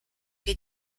que